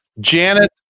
Janet